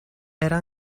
era